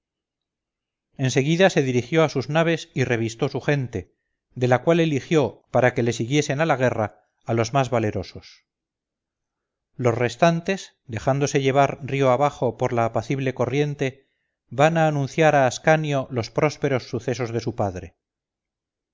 en seguida se dirigió a sus naves y revistó su gente de la cual eligió para que le siguiesen a la guerra a los más valerosos los restantes dejándose llevar río abajo por la apacible corriente van a anunciar a ascanio los prósperos sucesos de su padre